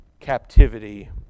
captivity